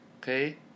Okay